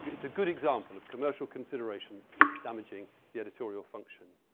it's a good example of commercial considerations damaging the editorial function.